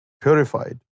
purified